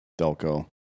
Delco